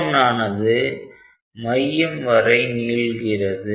R1ஆனது மையம் வரை நீள்கிறது